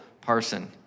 Parson